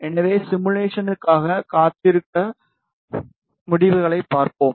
எனவே சிமுலேஷனுக்காக காத்திருக்க முடிவுகளைப் பார்ப்போம்